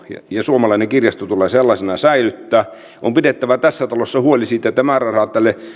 suomalainen kirjasto tulee sellaisena säilyttää on pidettävä tässä talossa huoli siitä että määrärahat tälle